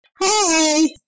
Hi